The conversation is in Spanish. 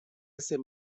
ese